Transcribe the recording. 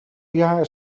jaar